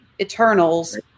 Eternals